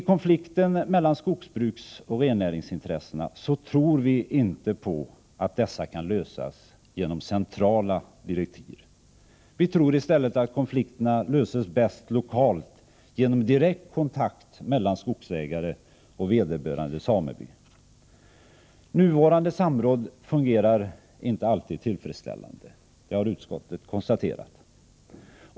Konflikterna mellan skogsbruksoch rennäringsintressena tror vi inte kan lösas genom centrala direktiv. Vi tror i stället att konflikterna bäst löses lokalt genom direkt kontakt mellan skogsägare och vederbörande sameby. Nuvarande samråd fungerar inte alltid tillfredsställande. Det har utskottet konstaterat.